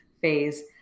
phase